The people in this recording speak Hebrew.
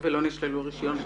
ולא נשללו רישיונות.